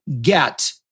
get